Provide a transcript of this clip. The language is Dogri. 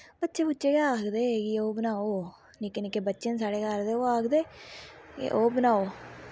बच्चे बुच्चे गै आक्खदे कि ओह् बनाओ निक्के निक्के बच्चे न साढ़ै घर ते ओह् आक्खदे कि ओह् बनाओ